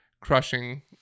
crushing